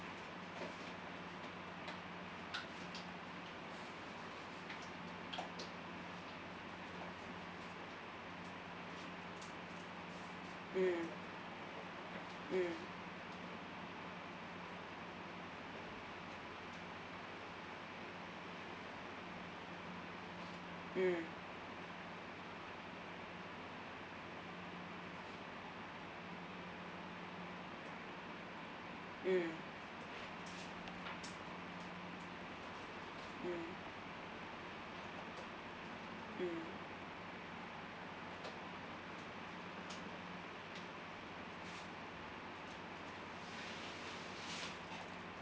mm mm mm mm mm